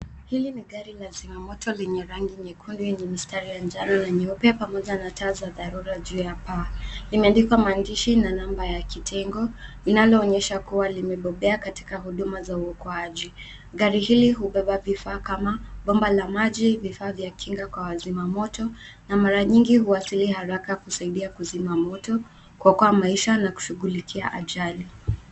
Hili ni gari la zimamoto lenye rangi nyekundu lenye mistari ya njano na nyeupe pamoja na taa za dharura juu ya paa. Limeandikwa maandishi na namba ya kitengo, inaloonyesha kuwa limebobea katika huduma za uwokoaji. Gari hili hubeba vifaa kama bomba la maji, vifaa vya kinga kwa wazima moto na mara nyingi huwasili haraka kusaidia kuzima moto, kuokoa maisha na kushughulikia ajali.